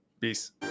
Peace